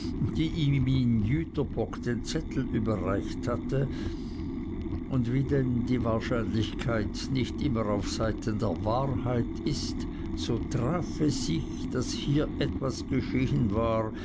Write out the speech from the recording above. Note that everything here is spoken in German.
den zettel überreicht hatte und wie denn die wahrscheinlichkeit nicht immer auf seiten der wahrheit ist so traf es sich daß hier etwas geschehen war